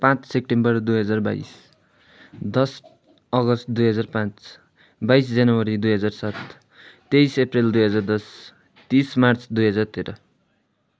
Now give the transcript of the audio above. पाँच सेप्टेम्बर दुई हजार बाइस दस अगस्त दुई हजार पाँच बाइस जनवरी दुई हजार सात तेइस अप्रेल दुई हजार दस तिस मार्च दुई हजार तेह्र